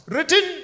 Written